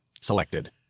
Selected